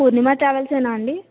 పూర్ణిమా ట్రావెల్సేనా అండి